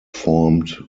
formed